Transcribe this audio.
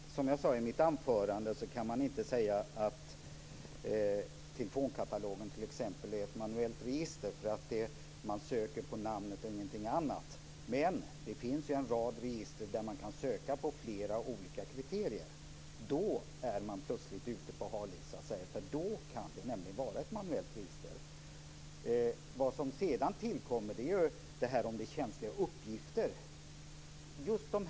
Herr talman! Som jag sade i mitt anförande kan man inte säga att t.ex. telefonkatalogen är ett manuellt register. Man söker på namn, ingenting annat. Men det finns en rad register där man kan söka på flera olika kriterier. Då är man plötsligt så att säga ute på hal is, för då kan det vara fråga om ett manuellt register. Vad som sedan tillkommer är detta med om det är känsliga uppgifter.